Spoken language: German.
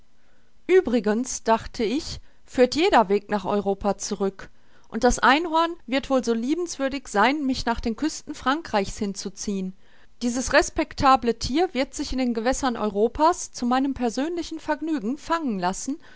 uebrigens dachte ich führt jeder weg nach europa zurück und das einhorn wird wohl so liebenswürdig sein mich nach den küsten frankreichs hin zu ziehen dieses respectable thier wird sich in den gewässern europas zu meinem persönlichen vergnügen fangen lassen